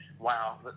wow